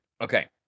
Okay